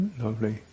lovely